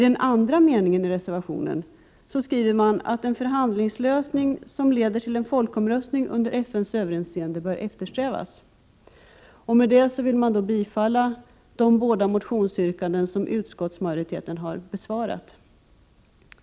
Den andra meningen i reservationen lyder: ”En förhandlingslösning som bl.a. leder till en folkomröstning under FN:s överinseende bör eftersträvas.” Med detta vill reservanterna bifalla de båda motionsyrkanden som utskottsmajoriteten har besvarat.